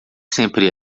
sempre